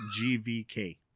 GVK